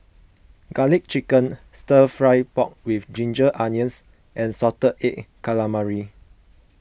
Garlic Chicken Stir Fry Pork with Ginger Onions and Salted Egg Calamari